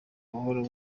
buhoro